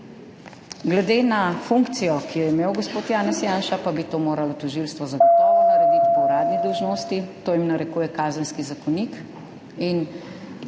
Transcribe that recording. Glede na funkcijo, ki jo je imel gospod Janez Janša, pa bi to moralo tožilstvo zagotovo narediti po uradni dolžnosti, to jim narekuje Kazenski zakonik.